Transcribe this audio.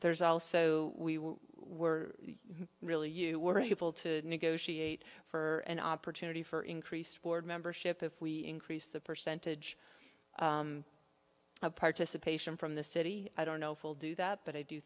there's also we were really you were able to negotiate for an opportunity for increased board membership if we increase the percentage of participation from the city i don't know if will do that but i do